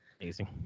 amazing